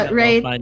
right